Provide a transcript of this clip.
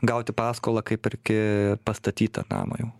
gauti paskolą kaip perki pastatytą namą jau